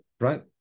right